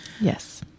Yes